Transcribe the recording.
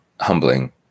humbling